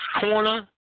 corner